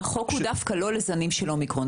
החוק הוא דווקא לא לזנים של אומיקרון.